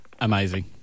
Amazing